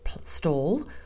stall